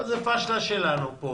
אבל זה פשלה שלנו פה